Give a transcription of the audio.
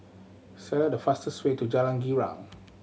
select the fastest way to Jalan Girang